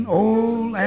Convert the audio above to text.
old